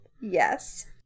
yes